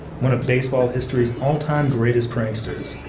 one of baseball history's all-time greatest pranksters,